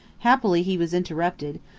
happily he was interrupted,